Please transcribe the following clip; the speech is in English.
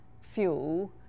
fuel